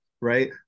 right